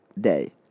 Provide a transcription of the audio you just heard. day